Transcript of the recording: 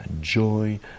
joy